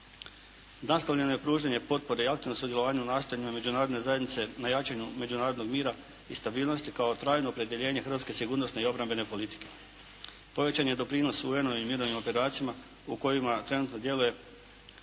Nastavljeno je pružanje potpore i aktualno sudjelovanje u nastojanju Međunarodne zajednice na jačanju međunarodnog mira i stabilnosti kao trajno opredjeljenje hrvatske sigurnosne i obrambene politike. Povećan je doprinos UN-ovim mirovnim operacijama u kojima trenutno djeluje